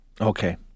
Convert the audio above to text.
okay